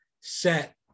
set